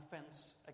offense